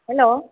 hello